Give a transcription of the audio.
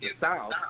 South